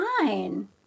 fine